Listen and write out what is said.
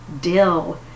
dill